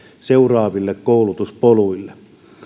seuraaville koulutuspoluille